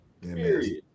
Period